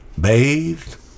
bathed